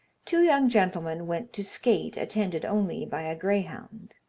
two young gentlemen went to skate, attended only by a greyhound.